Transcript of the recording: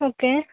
okay